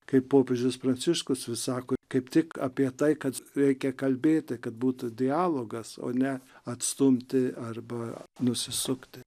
kaip popiežius pranciškus vis sako kaip tik apie tai kad reikia kalbėti kad būtų dialogas o ne atstumti arba nusisukti